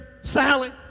Sally